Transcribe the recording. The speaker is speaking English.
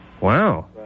wow